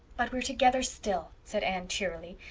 but we're together still, said anne cheerily.